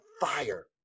fire